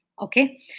Okay